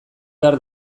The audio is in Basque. behar